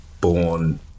born